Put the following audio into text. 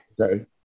Okay